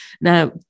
now